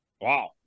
Wow